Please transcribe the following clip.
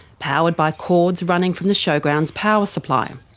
powered by cords running from the showgrounds' power supply.